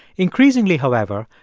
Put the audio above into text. increasingly, however,